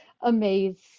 amazing